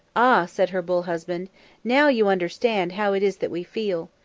ah, said her bull husband now you understand how it is that we feel.